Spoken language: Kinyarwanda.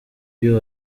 iyo